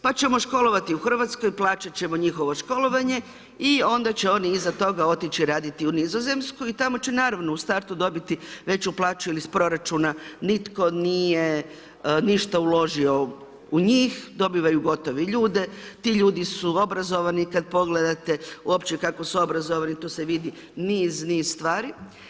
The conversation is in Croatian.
Pa ćemo školovati u Hrvatsku, plaćati ćemo njihovo školovanje i onda će oni iza toga otići raditi u Nizozemsku, i tamo će naravno, u startu dobiti veću plaću, jer iz proračuna, nitko nije ništa u ložio u njih, dobivaju gotove ljude, ti ljudi su obrazovani, kada pogledate, uopće kako su obrazovani, tu se vidi niz niz stvari.